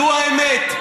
זו האמת.